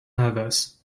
nervous